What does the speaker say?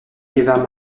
eva